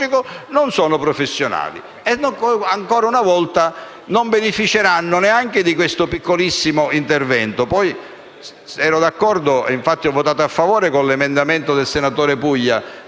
non sono professionali e, ancora una volta, non beneficeranno neanche di questo piccolissimo intervento. Io ero d'accordo con l'emendamento del senatore Puglia